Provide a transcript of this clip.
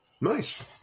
Nice